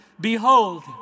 behold